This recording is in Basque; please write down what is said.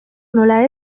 nola